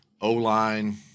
O-line